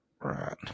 Right